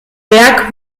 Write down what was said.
werk